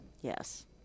Yes